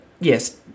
yes